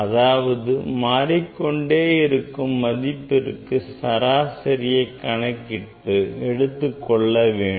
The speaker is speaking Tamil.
அதாவது மாறிக்கொண்டே இருக்கும் மதிப்பிற்கு சராசரியை கணக்கிட்டு எடுத்துக் கொள்ள வேண்டும்